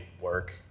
work